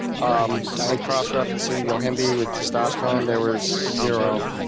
um and cross referencing yohimbae with testosterone, there was zero